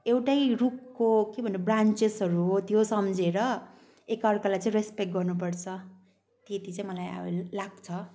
एउटै रूखको के भन्नु ब्रान्चेसहरू हो त्यो सम्झेर एकार्कालाई चाहिँ रेस्पेक्ट गर्नुपर्छ त्यति चाहिँ मलाई अब लाग्छ